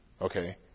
Okay